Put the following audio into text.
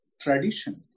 tradition